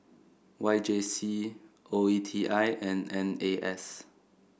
Y J C O E T I and N A S